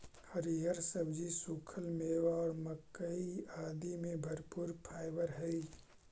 हरिअर सब्जि, सूखल मेवा और मक्कइ आदि में भरपूर फाइवर हई